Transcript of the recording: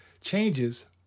changes